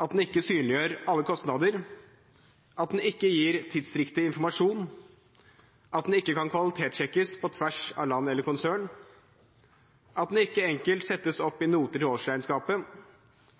at den ikke synliggjør alle kostnader at den ikke gir tidsriktig informasjon at den ikke kan kvalitetssjekkes på tvers av land eller konsern at den ikke enkelt settes opp i noter i årsregnskapet